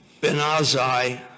Ben-Azai